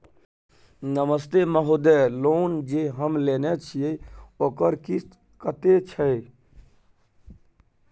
नमस्ते महोदय, लोन जे हम लेने छिये ओकर किस्त कत्ते छै?